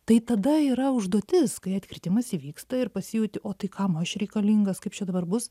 tai tada yra užduotis kai atkritimas įvyksta ir pasijauti o tai kam aš reikalingas kaip čia dar bus